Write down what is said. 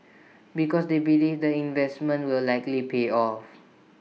because they believe the investment will likely pay off